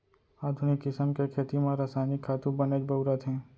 आधुनिक किसम के खेती म रसायनिक खातू बनेच बउरत हें